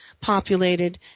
populated